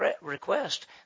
request